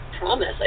Promise